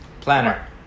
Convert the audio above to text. planner